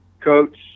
Coach